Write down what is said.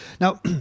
Now